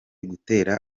gutera